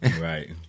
Right